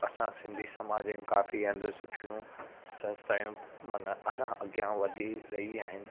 असां सिंधी समाजिनि काफ़ी हंधु सुठियूं संस्थायूं माना अञा अॻियां वधी रही आहिनि